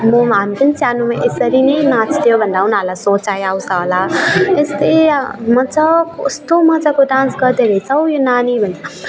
म हामी पनि सानुमा यसरी नै नाँच्थ्यो भन्दा उनीहरूलाई सोचाइ आउँछ होला त्यस्तै मजाको कस्तो मजाको डान्स गर्द रहेछ हौ यो नानी भन्